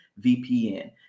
VPN